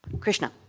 krishna.